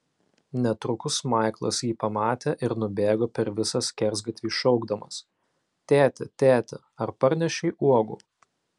netrukus maiklas jį pamatė ir nubėgo per visą skersgatvį šaukdamas tėti tėti ar parnešei uogų